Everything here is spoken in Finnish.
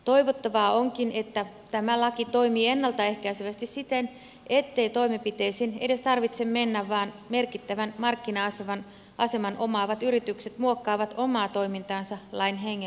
toivottavaa onkin että tämä laki toimii ennalta ehkäisevästi siten ettei toimenpiteisiin edes tarvitse mennä vaan merkittävän markkina aseman omaavat yritykset muokkaavat omaa toimintaansa lain hengen mukaisesti